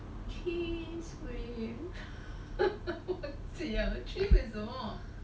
he is wearing a said you achieve lor